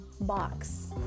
box